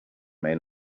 may